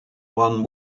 one